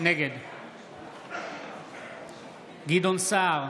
נגד גדעון סער,